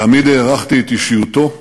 תמיד הערכתי את אישיותו,